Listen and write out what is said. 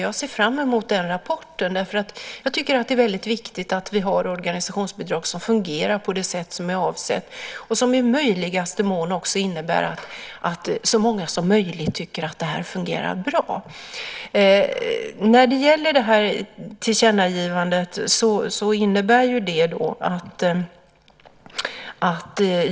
Jag ser fram emot den rapporten, för jag tycker att det är väldigt viktigt att vi har organisationsbidrag som fungerar på det sätt som är avsett och som i möjligaste mån innebär att så många som möjligt tycker att det fungerar bra. Jag har tagit till mig tillkännagivandet.